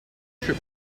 strip